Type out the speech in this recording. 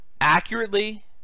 accurately